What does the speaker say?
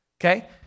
Okay